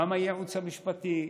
גם הייעוץ המשפטי,